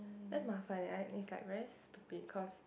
damn 麻烦 leh and is like very stupid cause